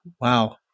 Wow